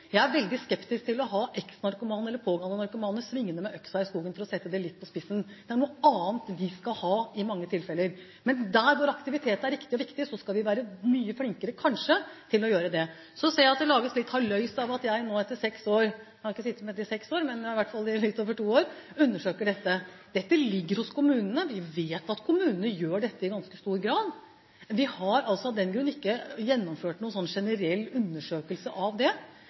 Jeg er veldig skeptisk til å ha eksnarkomane eller narkomane svingende med øksa i skogen, for å sette det litt på spissen. Det er noe annet de skal ha i mange tilfeller. Men der hvor aktivitet er viktig og riktig, skal vi være mye flinkere, kanskje, til å få i gang det. Så ser jeg at det lages litt halloi av at jeg nå etter seks år – jeg har ikke sittet i seks år, men i hvert fall i litt over to år – undersøker dette. Dette ligger hos kommunene. Vi vet at kommunene gjør dette i ganske stor grad. Vi har altså av den grunn ikke gjennomført noen generell undersøkelse av det.